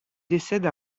décède